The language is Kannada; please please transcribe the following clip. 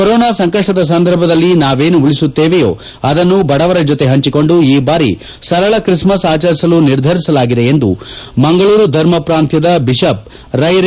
ಕೊರೋನಾ ಸಂಕಷ್ಟದ ಸಂದರ್ಭದಲ್ಲಿ ನಾವೇನು ಉಳಿಸುತ್ತೇವೆಯೋ ಅದನ್ನು ಬಡವರ ಜತೆ ಪಂಚಿಕೊಂಡು ಈ ಬಾರಿ ಸರಳ ಕ್ರಿಸ್ನಸ್ ಆಚರಿಸಲು ನಿರ್ಧರಿಸಲಾಗಿದೆ ಎಂದು ಮಂಗಳೂರು ಧರ್ಮ ಪ್ರಾಂತದ ಬಿಷಪ್ ರೈರೆ